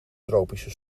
tropische